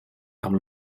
amb